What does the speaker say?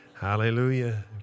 Hallelujah